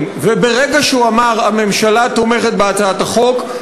וברגע שהוא אמר: הממשלה תומכת בהצעת החוק,